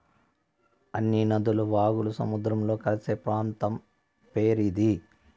అన్ని నదులు వాగులు సముద్రంలో కలిసే ప్రాంతం పేరు ఇది